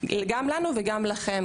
גם לנו וגם לכם,